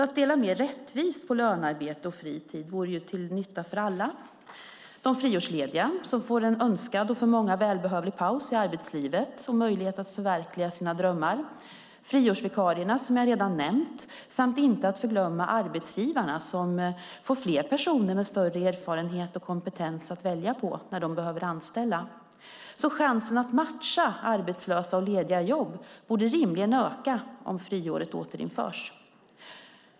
Att dela mer rättvist på lönearbete och fritid vore alltså till nytta för alla. De friårslediga får en önskad och för många välbehövlig paus i arbetslivet samt möjlighet att förverkliga sina drömmar. Friårsvikarierna har jag redan nämnt, och arbetsgivarna är inte att förglömma. De får fler personer med större erfarenhet och kompetens att välja på när de behöver anställa. Chansen att matcha arbetslösa med lediga jobb borde alltså rimligen öka om friåret återinförs.